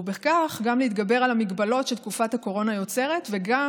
ובכך גם להתגבר על המגבלות שתקופת הקורונה יוצרת וגם